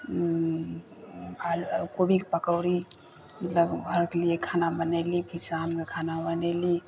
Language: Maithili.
आलू कोबीके पकौड़ी मतलब घरके लिए खाना बनेली फिर शाममे खाना बनेली